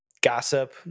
gossip